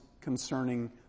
concerning